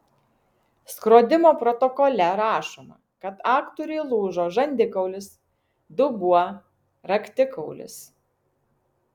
skrodimo protokole rašoma kad aktoriui lūžo žandikaulis dubuo raktikaulis